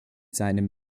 seinem